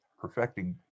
perfecting